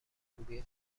خوبیه